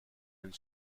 and